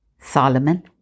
Solomon